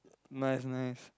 nice nice